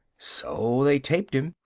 so they taped him,